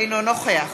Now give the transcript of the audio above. אינו נוכח